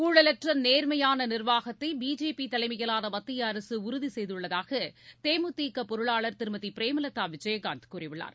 ஊழலற்ற நேர்மையான நிர்வாகத்தை பிஜேபி தலைமையிலான மத்திய அரசு உறுதி செய்துள்ளதாக தேமுதிக பொருளாளர் திருமதி பிரேமலதா விஜயகாந்த் கூறியுள்ளார்